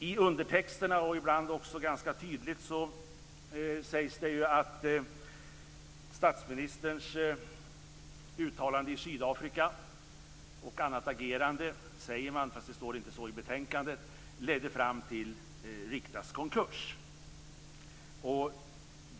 I undertexterna, och ibland också ganska tydligt, sägs det att statsministerns uttalande i Sydafrika och annat agerande - det säger man fast det inte står så i betänkandet - ledde fram till Riktas konkurs.